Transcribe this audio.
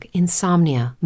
insomnia